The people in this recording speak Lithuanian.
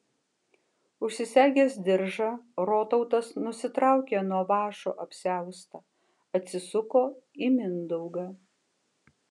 užsisegęs diržą rotautas nusitraukė nuo vąšo apsiaustą atsisuko į mindaugą